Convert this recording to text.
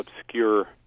obscure